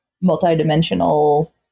multi-dimensional